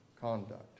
conduct